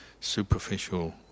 superficial